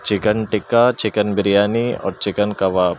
chicken tikka chicken biryani اور chicken کباب